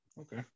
Okay